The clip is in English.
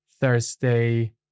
Thursday